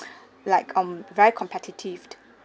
like um very competitive